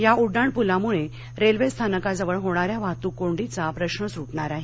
या उड्डाण पुलामुळे रेल्वे स्थानकाजवळ होणाऱ्या वाहतूक कोंडीचा प्रश्न सुटणार आहे